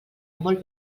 molt